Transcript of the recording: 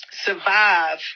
survive